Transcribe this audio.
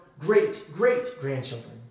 great-great-grandchildren